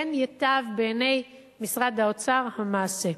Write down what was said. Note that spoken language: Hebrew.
כן ייטב בעיני משרד האוצר המעשה,